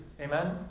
Amen